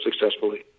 successfully